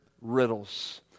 riddles